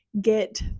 get